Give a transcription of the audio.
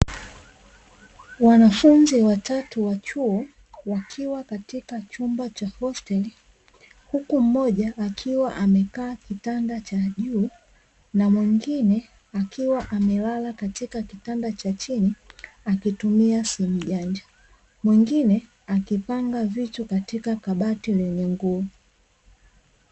Wanafunzi watatu wa chuo wakiwa katika chumba cha hosteli, huku mmoja akiwa amekaa kitanda cha juu, na mwingine akiwa amelala katika kitanda cha chini akitumia simu janja, mwingine akipanga vitu katika kabati lenye nguo.